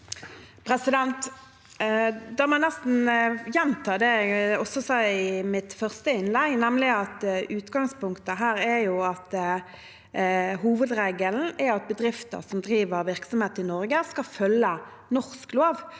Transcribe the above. Da må jeg nesten gjenta det jeg sa i mitt første innlegg, nemlig at utgangspunktet er at hovedregelen er at bedrifter som driver virksomhet i Norge, skal følge norsk lov,